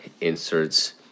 inserts